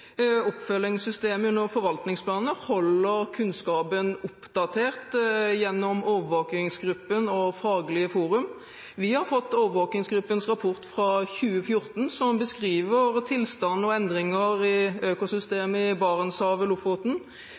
Oppfølgingssystemet under forvaltningsplaner holder kunnskapen oppdatert gjennom Overvåkingsgruppen og Faglig forum. Vi har fått Overvåkingsgruppens rapport fra 2014, som beskriver tilstand og endringer i økosystemet i